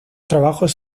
trabajos